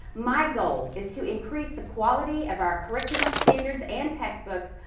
my goal is to increase the quality of our curriculum standards and textbooks,